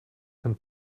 den